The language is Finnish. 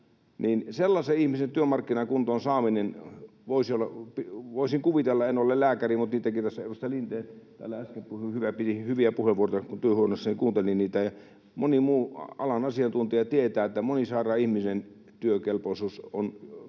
sellaisen ihmisen työmarkkinakuntoon saamisen suhteen voisin kuvitella — en ole lääkäri, mutta niitäkin täällä on, edustaja Lindén täällä äsken piti hyviä puheenvuoroja, kun työhuoneessani kuuntelin niitä, ja moni muu alan asiantuntija tietää — että monisairaan ihmisen työkelpoisuus on